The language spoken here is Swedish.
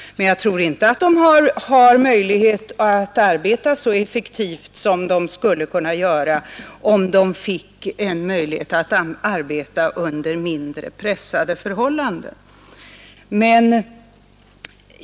Men jag tror inte att de har möjlighet att arbeta så effektivt som de skulle göra, om de fick en möjlighet att verka under mindre pressande förhållanden.